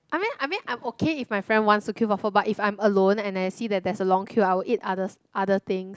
I mean I mean I'm okay if my friend wants to queue for but if I'm alone and I see that there's a long queue I will eat other other things